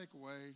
takeaway